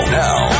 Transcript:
now